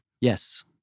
Yes